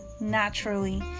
naturally